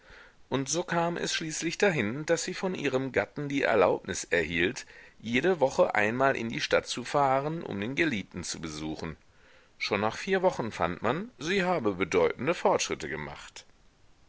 und so kam es schließlich dahin daß sie von ihrem gatten die erlaubnis erhielt jede woche einmal in die stadt zu fahren um den geliebten zu besuchen schon nach vier wochen fand man sie habe bedeutende fortschritte gemacht